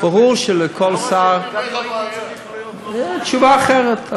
ברור שלכל שר תשובה אחרת.